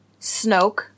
Snoke